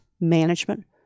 management